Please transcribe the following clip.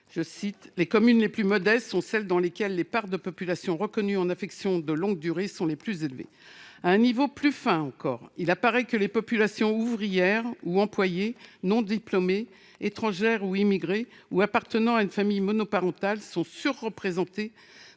elle, « les communes les plus modestes sont celles dans lesquelles les parts de populations reconnues en affection de longue durée sont les plus élevées. À